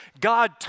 God